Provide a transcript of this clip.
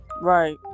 right